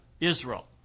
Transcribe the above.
Israel